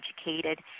educated